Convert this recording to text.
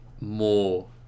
more